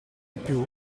più